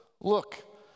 look